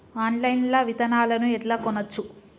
Online లా విత్తనాలను ఎట్లా కొనచ్చు?